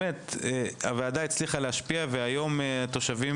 הוועדה הצליחה באמת להשפיע, והיום התושבים